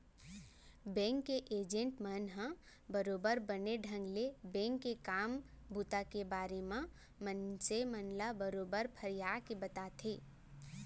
bank के agent मन ह बरोबर बने ढंग ले बेंक के काम बूता के बारे म मनसे मन ल बरोबर फरियाके बताथे